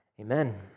amen